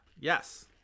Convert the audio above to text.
yes